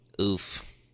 Oof